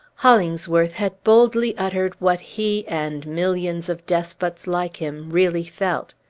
hollingsworth had boldly uttered what he, and millions of despots like him, really felt.